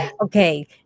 Okay